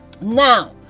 Now